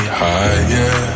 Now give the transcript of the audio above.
higher